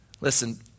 Listen